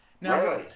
Now